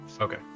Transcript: okay